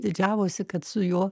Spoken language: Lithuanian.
didžiavosi kad su juo